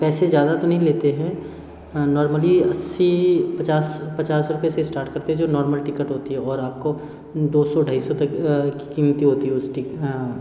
पैसे ज़्यादा तो नहीं लेते हैं नोर्मल्ली अस्सी पचास पचास रुपये से स्टार्ट करते हैं जो नॉर्मल टिकट होती है और आपको दो सौ ढाई सौ तक कीमतें होती है उसकी